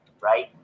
right